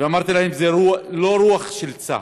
ואמרתי להם: זאת לא הרוח של צה"ל.